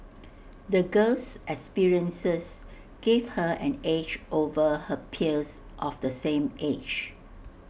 the girl's experiences gave her an edge over her peers of the same age